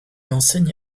enseigne